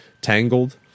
Tangled